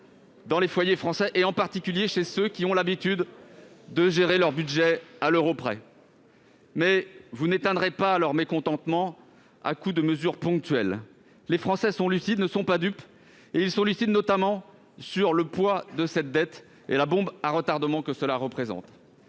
dans les foyers français, en particulier chez ceux qui ont l'habitude de gérer leur budget à l'euro près, mais vous n'éteindrez pas leur mécontentement à coups de mesures ponctuelles. Les Français sont lucides, ils ne sont pas dupes, s'agissant, notamment, du poids de cette dette et de la bombe à retardement que celle-ci représente.